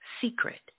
secret